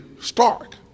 stark